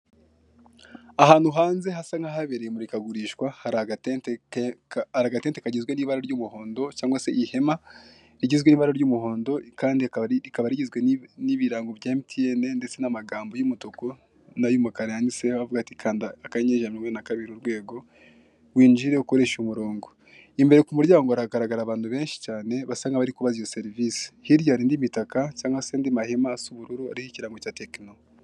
Ahantu hanze hasa nk'ahabereye imurikagurishwa hari aga tente kagizwe n'ibara ry'umuhondo cyangwa se ihema rigizwe n'ibara ry'umuhondo kandi rikaba rigizwe n'ibirango bya Emutiyeni ndetse n'amagambo y'umutuku n'ay'umukara yanditseho avuga ati kanda akanyenyeri ijana na mirongo inani na kabiri urwego winjire ukoreshe umurongo, imbere ku muryango haragaragara abantu benshi cyane basa nk'abari kubaza iyo serivisi, hirya hari indi mitaka isa nkaho cyangwa se andi mahema asa ubururu ariho ikirango cya Tekino.